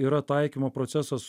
yra taikymo procesas